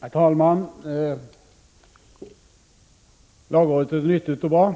Herr talman! Lagrådet är nyttigt och bra,